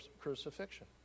crucifixion